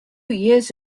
years